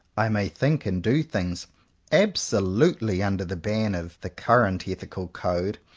i may think and do things absolutely under the ban of the current ethical code,